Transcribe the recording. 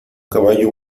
caballo